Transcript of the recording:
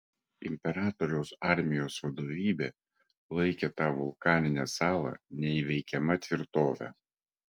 imperatoriaus armijos vadovybė laikė tą vulkaninę salą neįveikiama tvirtove